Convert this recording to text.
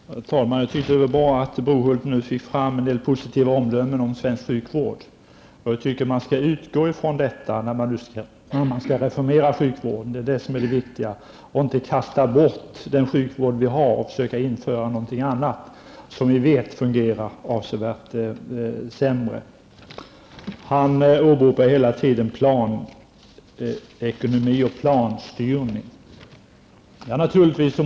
Herr talman! Det var bra att Johan Brohult fällde en del positiva omdömen om svensk sjukvård. Det är viktigt att man utgår ifrån det positiva när man skall reformera sjukvården. Man skall inte kasta bort den sjukvård vi har för att införa någonting annat som vi vet fungerar avsevärt sämre. Johan Brohult talade om planekonomi och planstyrning.